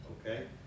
Okay